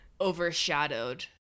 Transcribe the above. Overshadowed